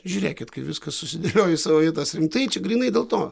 žiūrėkit kaip viskas susidėlioja į savo vietas rimtai čia grynai dėl to